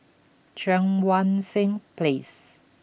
Cheang Wan Seng Place